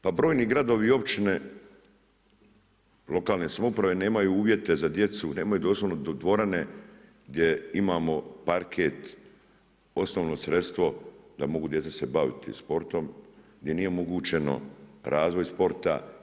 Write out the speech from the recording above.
Pa brojni gradovi i općine, lokalne samouprave nemaju uvjete za djecu, nemaju doslovno dvorane gdje imamo parket osnovno sredstvo da mogu djeca se baviti sportom, gdje nije omogućeno razvoj sporta.